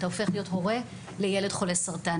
אתה הופך להיות הורה לילד חולה סרטן.